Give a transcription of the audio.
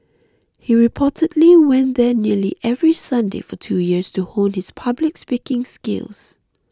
he reportedly went there nearly every Sunday for two years to hone his public speaking skills